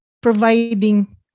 providing